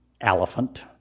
elephant